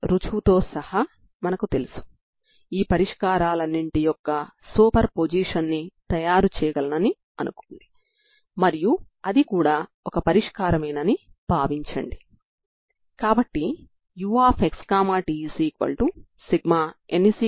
కాబట్టి ఈ superposition పరిష్కారంలో An విలువ ఎంతో నాకు తెలుసు